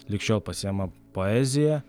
lig šiol pasiema poeziją